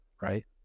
right